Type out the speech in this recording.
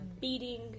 beating